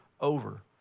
over